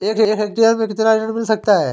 एक हेक्टेयर में कितना ऋण मिल सकता है?